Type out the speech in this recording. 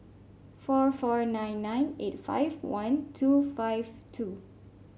four four nine nine eight five one two five two